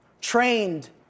trained